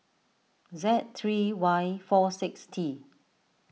Z three Y four six T